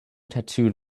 tattooed